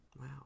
Wow